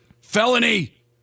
Felony